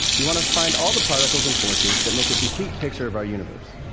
we want to find all the particles and forces that make a complete picture of our universe.